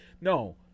No